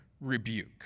rebuke